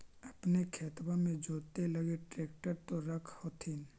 अपने खेतबा मे जोते लगी ट्रेक्टर तो रख होथिन?